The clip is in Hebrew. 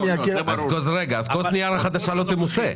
אז כוס הנייר החדשה לא תמוסה.